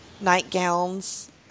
nightgowns